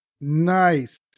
Nice